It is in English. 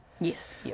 yes